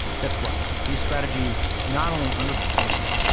that's right. these strategies not only underperformed,